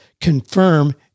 confirm